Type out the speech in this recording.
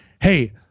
hey